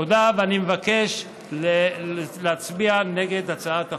תודה, ואני מבקש להצביע נגד הצעת החוק.